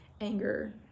anger